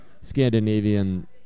Scandinavian